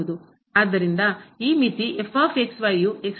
ಆದ್ದರಿಂದ ಈ ಮಿತಿ ಯು ಇದು ಅನಂತಕ್ಕೆ ಹೋದಲ್ಲಿ ಆಗಿದೆ